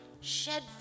shed